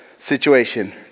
situation